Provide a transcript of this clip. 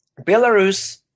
Belarus